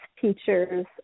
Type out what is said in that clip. teachers